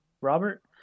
Robert